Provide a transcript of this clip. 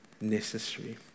necessary